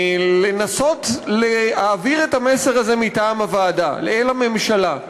לנסות להעביר את המסר הזה מטעם הוועדה אל הממשלה,